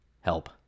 help